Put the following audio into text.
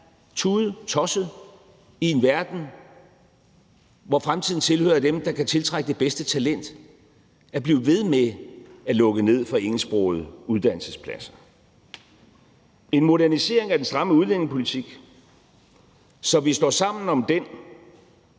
tudetosset i en verden, hvor fremtiden tilhører dem, der kan tiltrække det bedste talent, at blive ved med at lukke ned for engelsksprogede uddannelsespladser. Det er også en modernisering af den stramme udlændingepolitik, så vi står sammen om den